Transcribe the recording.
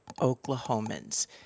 Oklahomans